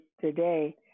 today